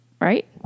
Right